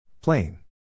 Plain